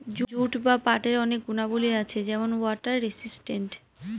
jute বা পাটের অনেক গুণাবলী আছে যেমন ওয়াটার রেসিস্টেন্ট